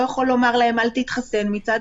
גם